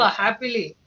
happily